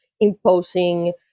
imposing